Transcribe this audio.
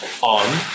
on